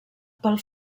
pel